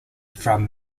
from